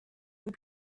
vous